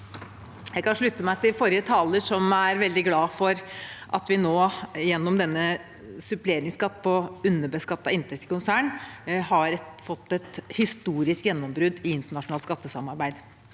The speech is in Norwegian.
Jeg kan slutte meg til forrige taler, som er veldig glad for at vi nå gjennom suppleringsskatt på underbeskattet inntekt i konsern har fått et historisk gjennombrudd i internasjonalt skattesamarbeid.